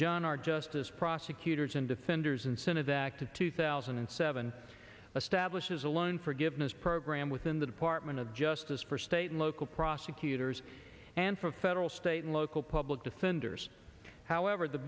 john are just as prosecutors and defenders incentive that to two thousand and seven a stablish is a loan forgiveness program within the department of justice for state and local prosecutors and for federal state and local public defenders however the